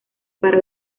para